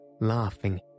laughing